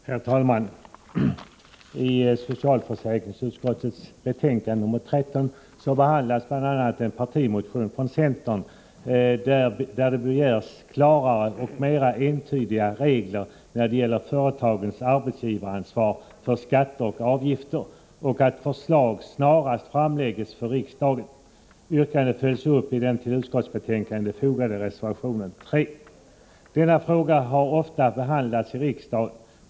Herr talman! I socialförsäkringsutskottets betänkande nr 13 behandlas bl.a. en partimotion från centern där det begärs klarare och mera entydiga regler när det gäller företagens arbetsgivaransvar för skatter och avgifter och att förslag snarast framläggs för riksdagen. Yrkandet följs upp i den till utskottsbetänkandet fogade reservation 3. Denna fråga har ofta behandlats i riksdagen.